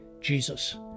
Jesus